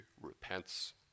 repents